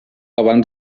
abans